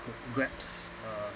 good grasp uh